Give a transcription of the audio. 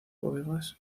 bodegas